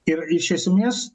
ir iš esmės